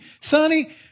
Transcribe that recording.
Sonny